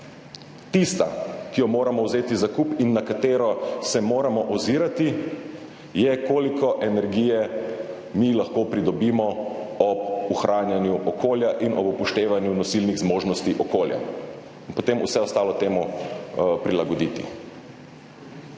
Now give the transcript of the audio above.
tista, ki jo moramo vzeti v zakup in na katero se moramo ozirati, je, koliko energije mi lahko pridobimo ob ohranjanju okolja in ob upoštevanju nosilnih zmožnosti okolja, in potem vse ostalo temu prilagoditi.